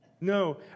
No